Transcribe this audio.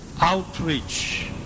outreach